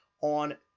on